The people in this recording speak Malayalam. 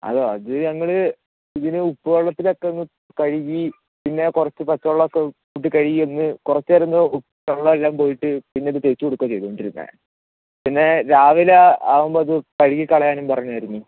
അ അത് ഞങ്ങൾ ഇതിനെ ഉപ്പു വെള്ളത്തിലൊക്കെ ഒന്ന് കഴുകി പിന്നെ കുറച്ചു പച്ച വെള്ളമൊക്കെ കൂട്ടി കഴുകി ഒന്ന് കുറച്ചു നേരം കഴിയുമ്പോൾ വെള്ളമെല്ലാം പോയിട്ട് പിന്നെ ഇത് തേച്ചു കൊടുക്കുകയാണ് ചെയ്തു കൊണ്ടിരുന്നത് പിന്നെ രാവിലെ ആകുമ്പോൾ ഇത് കഴുകിക്കളയാനും പറഞ്ഞായിരുന്നു